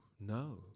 no